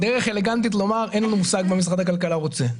דרך אלגנטית לומר אין לנו מושג מה משרד הכלכלה רוצה.